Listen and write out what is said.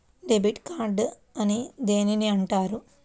Debit card అని దేనిని అంటారు?